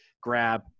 grab